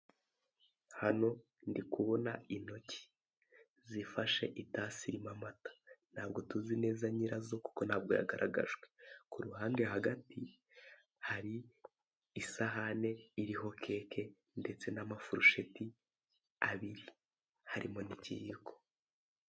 Hano ndikubona intoki zifashe itasi irimo amata ntago tuzi neza nyirazo kuko ntago yagaragajwe, kuruhande hagati hari isahane iriho keke ndetse n'amafurusheti abiri harimo n'ikiyiko.